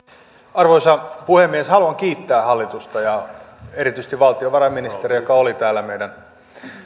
arvoisa puhemies haluan kiittää hallitusta ja erityisesti valtiovarainministeriä joka oli täällä meidän